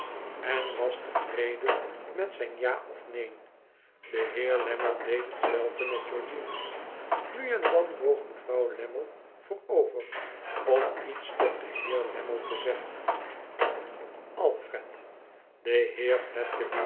en was tevreden met zijn ja of neen de heer lammie deed hetzelfde met georgiana nu en dan boog mevrouw lammie voorover om iets tot den heer lammie te zeggen alfred de